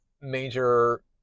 major